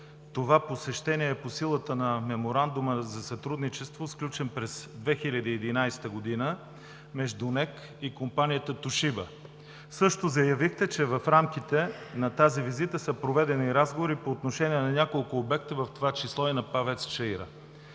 това посещение е по силата на Меморандума за сътрудничество, сключен през 2011 г. между НЕК и компанията „Тошиба“. Също заявихте, че в рамките на тази визита са проведени разговори по отношение на няколко обекта, в това число и на ПАВЕЦ „Чаира“.